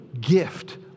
gift